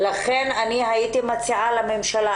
לכן הייתי מציעה לממשלה,